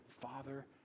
Father